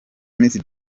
miss